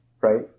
right